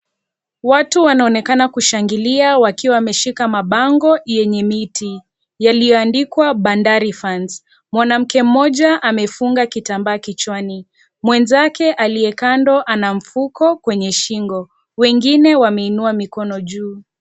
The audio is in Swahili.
Watu wanaonekana kushangilia wakiwa wameshika mabango yenye miti yaliyoandikwa 'Bandari fans'. Mwanamke mmoja amefunga kitambaa kichwani. Mwenzake aliye kando ana mfuko kwenye shingo. Wengine wameinua mikono juu.